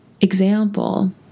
Example